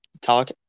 talk